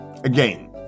Again